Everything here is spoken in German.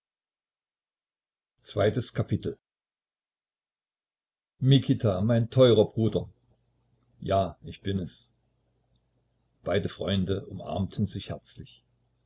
ii mikita mein teurer bruder ja ich bin es beide freunde umarmten sich herzlich